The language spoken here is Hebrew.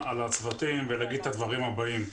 הצוותים ולהגיד את הדברים הבאים: